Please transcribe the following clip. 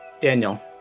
Daniel